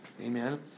Amen